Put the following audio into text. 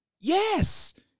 Yes